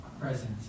presence